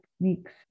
techniques